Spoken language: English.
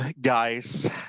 guys